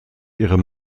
ihrem